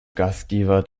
gastgeber